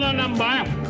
number